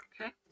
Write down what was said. okay